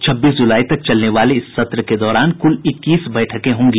छब्बीस जुलाई तक चलने वाले इस सत्र के दौरान कुल इक्कीस बैठकें होंगी